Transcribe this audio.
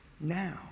now